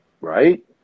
right